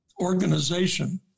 organization